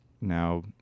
now